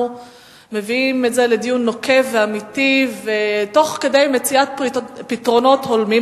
מביאים את זה לדיון נוקב ואמיתי תוך כדי מציאת פתרונות הולמים.